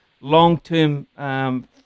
long-term